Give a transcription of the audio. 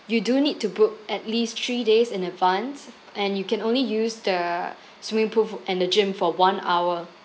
you do need to book at least three days in advance and you can only use the swimming pool f~ and the gym for one hour